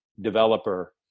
developer